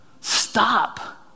Stop